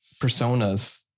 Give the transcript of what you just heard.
Personas